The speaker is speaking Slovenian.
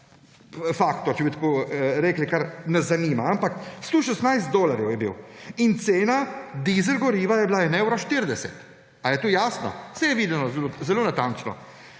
faktor, če bi tako rekli, kar nas zanima. Ampak 116 dolarjev je bil in cena dizel goriva je bila 1 evro 40. A je to jasno? Se je videlo zelo natančno.